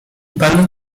panu